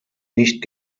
nicht